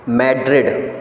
Madrid